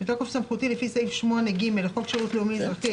בתוקף סמכותי לפי סעיף 8(ג) לחוק שירות לאומי-אזרחי,